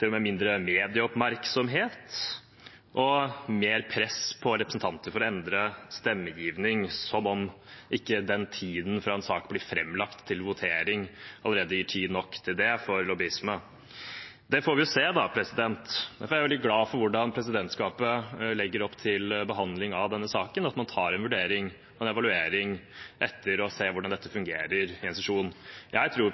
salen, mindre medieoppmerksomhet og mer press på representanter for å endre stemmegivning – som om ikke den tiden fra en sak blir framlagt, til votering, allerede gir tid nok til det, for lobbyisme. Det får vi jo se. Derfor er jeg veldig glad for hvordan presidentskapet legger opp til behandling av denne saken, at man tar en vurdering og en evaluering etter å ha sett hvordan dette fungerer i en sesjon. Jeg tror